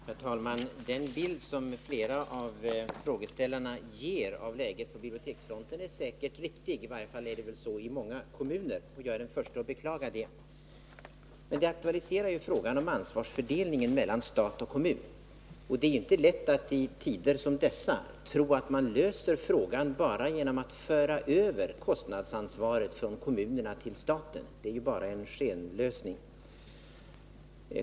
Herr talman! Den bild som flera av frågeställarna ger av läget på biblioteksfronten är säkert riktig — i varje fall är det väl så i många kommuner — och jag är den förste att beklaga det. Men det aktualiserar frågan om anvarsfördelningen mellan stat och kommun. Man skall i tider som dessa inte tro att man löser frågan bara genom att föra över kostnadsansvaret från kommunerna till staten. Det är ju bara en skenlösning.